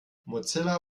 mozilla